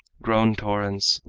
grown torrents,